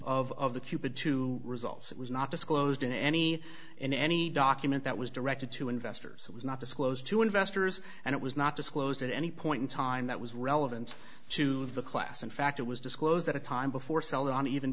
readout of the cupid two results it was not disclosed in any in any document that was directed to investors it was not disclosed to investors and it was not disclosed at any point in time that was relevant to the class in fact it was disclosed at a time before celeron even